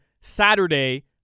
Saturday